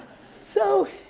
so,